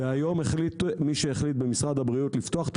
היום החליט מי שהחליט במשרד הבריאות לפתוח את